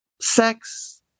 sex